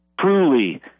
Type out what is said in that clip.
truly